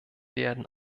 werden